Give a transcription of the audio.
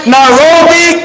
Nairobi